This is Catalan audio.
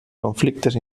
conflictes